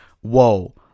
Whoa